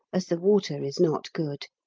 as the water is not good.